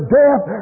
death